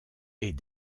est